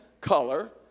color